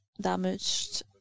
damaged